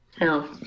No